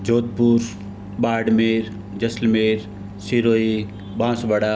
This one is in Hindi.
जोधपुर बाड़मेर जैसलमेर सिरोही बांसवाड़ा